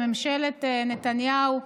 בממשלת נתניהו,